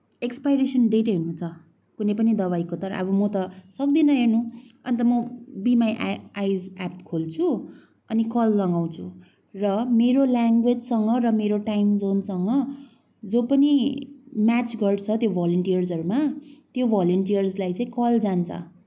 expiration date हेर्नु छ कुनै पनि दवाईको तर अब म त सक्दिनँ हेर्न अन्त म बि माई आइज एप खोल्छु अनि कल लगाउँछु र मेरो लेङ्गुवेजसँग र मेरो टाइम जोनसँग जो पनि म्याच गर्छ त्यो भेलेन्टियर्सहरूमा त्यो भोलिन्टियर्सलाई चाहिँ कल जान्छ